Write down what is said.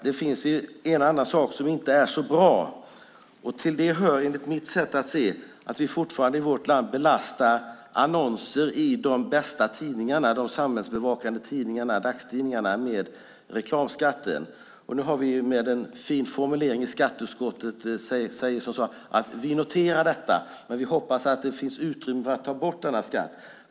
Det finns en annan sak som inte är så bra, och det är enligt mitt sätt att se att vi i vårt land fortfarande belastar annonser i de bästa tidningarna - de samhällsbevakande tidningarna, dagstidningarna - med reklamskatten. Nu säger vi med en fin formulering i skatteutskottet att vi noterar detta men hoppas att det finns utrymme för att ta bort denna skatt.